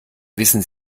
wissen